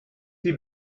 sie